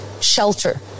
shelter